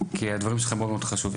כי הדברים שלך הם מאוד מאוד חשובים.